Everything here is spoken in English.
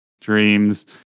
dreams